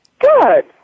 Good